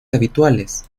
habituales